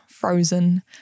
frozen